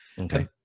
Okay